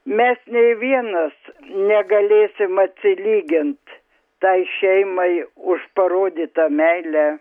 mes nė vienas negalėsim atsilygint tai šeimai už parodytą meilę